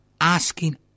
asking